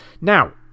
Now